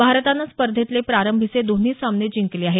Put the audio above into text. भारतानं स्पर्धेतील प्रारंभीचे दोन्ही सामने जिंकले आहेत